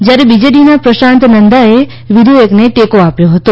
જ્યારે બીજેડીના પ્રશાંત નંદાચે વિધેયકને ટેકો આપ્યો હતો